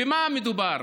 במה מדובר?